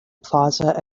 plaza